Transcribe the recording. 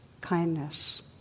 kindness